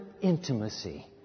intimacy